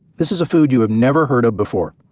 this is a food you have never heard of before.